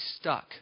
stuck